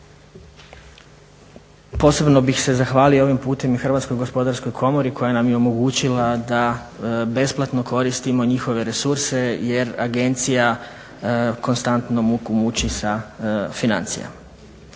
Posebno bih se zahvalio ovim putem i Hrvatskoj gospodarskoj komori koja nam je omogućila da besplatno koristimo njihove resurse jer agencija konstantno muku muči sa financijama.